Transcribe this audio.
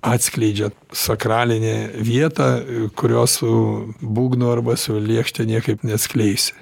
atskleidžia sakralinę vietą kurios su būgnu arba su lėkšte niekaip neatskleisi